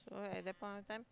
so at that point of time